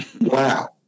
wow